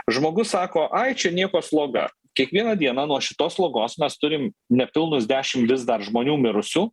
žmogus sako ai čia nieko sloga kiekvieną dieną nuo šitos slogos mes turim nepilnus dešim vis dar žmonių mirusių